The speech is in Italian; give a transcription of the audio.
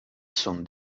son